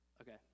Okay